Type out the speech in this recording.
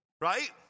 Right